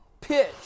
pitch